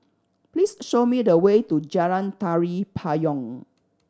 please show me the way to Jalan Tari Payong